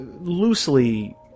loosely